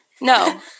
No